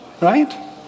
right